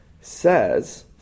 says